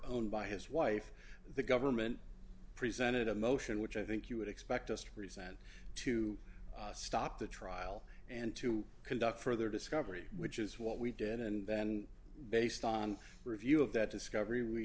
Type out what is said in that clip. owned by his wife the government presented a motion which i think you would expect us to present to stop the trial and to conduct further discovery which is what we did and then based on the review of that discovery we